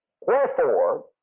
Wherefore